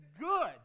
good